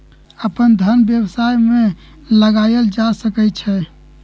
अप्पन धन व्यवसाय में लगायल जा सकइ छइ